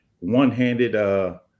one-handed